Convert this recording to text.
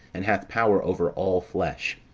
and hath power over all flesh.